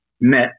met